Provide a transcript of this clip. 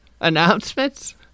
announcements